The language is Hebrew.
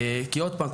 כי עוד פעם,